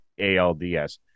ALDS